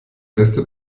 beste